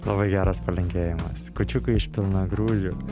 labai geras palinkėjimas kūčiukai iš pilnagrūdžių